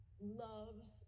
loves